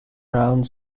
around